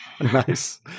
Nice